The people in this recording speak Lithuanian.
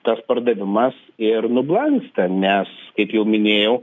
tas pardavimas ir nublanksta nes kaip jau minėjau